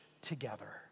together